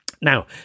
Now